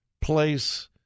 place